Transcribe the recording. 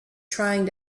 trying